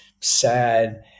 sad